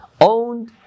owned